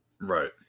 Right